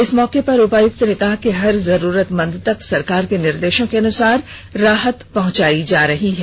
इस मौके पर उपायुक्त ने कहा कि हर जरूरतमंद तक सरकार के निर्देशों के अनुसार राहत पहंचाई जा रही है